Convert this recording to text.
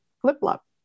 flip-flop